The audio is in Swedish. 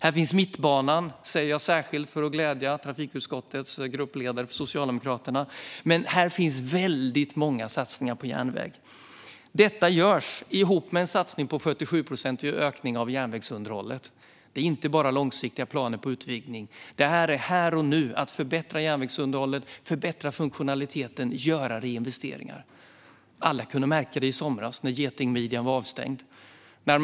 Här finns också Mittbanan - det säger jag särskilt för att glädja Socialdemokraternas gruppledare i trafikutskottet. Här finns väldigt många satsningar. Detta görs tillsammans med en satsning på en 47-procentig ökning av järnvägsunderhållet. Det är inte bara långsiktiga planer på utvidgning, utan det är här och nu. Det handlar om att förbättra järnvägsunderhållet, om att förbättra funktionaliteten och om att göra reinvesteringar. Alla kunde märka när getingmidjan var avstängd i somras.